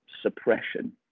suppression